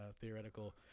theoretical